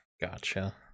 gotcha